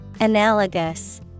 Analogous